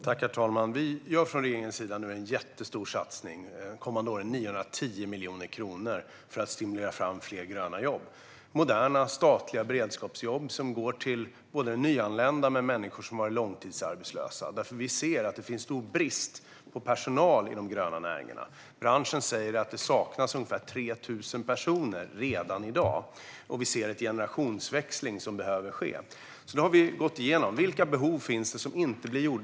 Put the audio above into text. Herr talman! Regeringen gör nu en jättestor satsning på 910 miljoner kronor de kommande åren, för att stimulera fram fler gröna jobb. Det handlar om moderna, statliga beredskapsjobb som går till både nyanlända och de som är långtidsarbetslösa. Vi ser nämligen att det finns stor brist på personal inom de gröna näringarna. Branschen säger att det saknas ungefär 3 000 personer redan i dag, och det behöver ske en generationsväxling. Vi har gått igenom vilka behov som finns och som inte möts i dag.